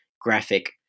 graphic